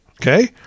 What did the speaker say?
okay